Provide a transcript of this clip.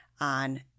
on